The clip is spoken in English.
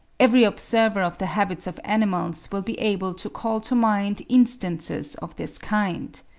every observer of the habits of animals will be able to call to mind instances of this kind.